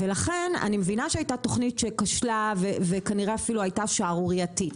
אני מבינה שהייתה תוכנית שכשלה ואולי הייתה אפילו שערורייתית,